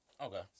Okay